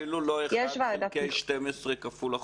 אפילו לא 1 חלקי 12 כפול החודשים?